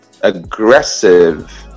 aggressive